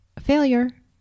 failure